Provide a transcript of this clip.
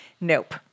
Nope